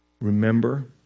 Remember